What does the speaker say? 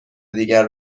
دیگر